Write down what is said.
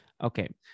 Okay